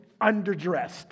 underdressed